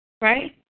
Right